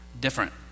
different